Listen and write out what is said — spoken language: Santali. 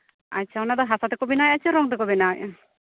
ᱟᱪᱪᱷᱟ ᱚᱱᱟ ᱫᱚ ᱦᱟᱥᱟ ᱛᱮᱠᱚ ᱵᱮᱱᱟᱣᱮᱜᱼᱟ ᱥᱮ ᱨᱚᱝ ᱛᱮᱠᱚ ᱵᱮᱱᱟᱣᱮᱜᱼᱟ